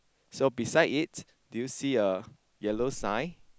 so beside it do you see a yellow sign